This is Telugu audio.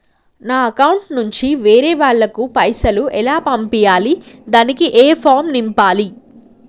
నా అకౌంట్ నుంచి వేరే వాళ్ళకు పైసలు ఎలా పంపియ్యాలి దానికి ఏ ఫామ్ నింపాలి?